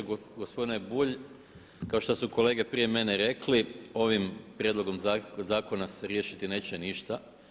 Gospodine Bulj, kao što su kolege prije mene rekli ovim prijedlogom zakona se riješiti neće ništa.